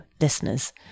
listeners